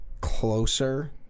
Closer